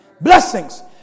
Blessings